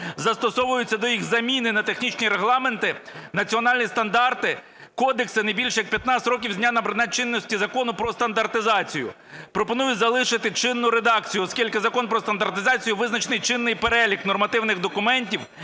застосовуються до їх заміни на технічні регламенти, національні стандарти, кодекси не більш як 15 років з дня набрання чинності Закону "Про стандартизацію". Пропоную залишити чинну редакцію, оскільки Законом "Про стандартизацію" визначений перелік нормативних документів,